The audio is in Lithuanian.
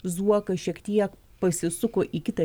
zuokas šiek tiek pasisuko į kitą